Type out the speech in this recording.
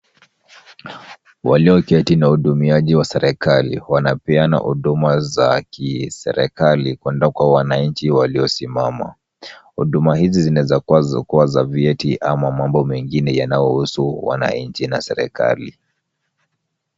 Walioketi ni wahudumiaji wa serikali, wanapeana huduma za serikali kwenda kwa wananchi waliosimama. Huduma hizi zinaweza kuwa za vyeti au mabo mengine yanayohusu wananchi na serikali.